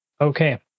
Okay